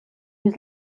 was